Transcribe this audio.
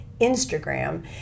Instagram